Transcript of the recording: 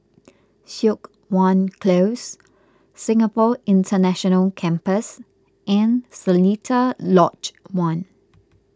Siok Wan Close Singapore International Campus and Seletar Lodge one